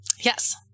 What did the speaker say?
Yes